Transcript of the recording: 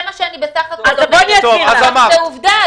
זו עובדה.